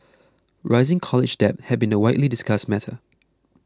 rising college debt has been a widely discussed matter